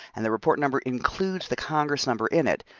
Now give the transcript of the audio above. and the report number includes the congress number in it,